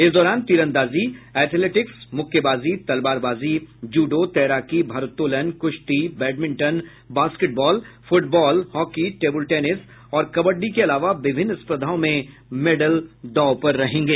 इस दौरान तीरंदाजी एथलेटिक्स मुक्केबाजी तलवारबाजी जूडो तैराकी भारत्तोलन कुश्ती badminton basketball football hockey table tennis और कबड्डी के अलावा विभिन्न स्पर्धाओं में मेडल दाव पर रहेंगे